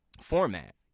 format